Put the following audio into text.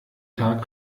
tag